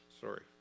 Sorry